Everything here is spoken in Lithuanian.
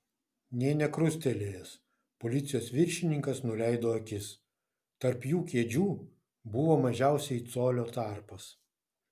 nė nekrustelėjęs policijos viršininkas nuleido akis tarp jų kėdžių buvo mažiausiai colio tarpas